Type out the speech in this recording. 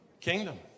kingdom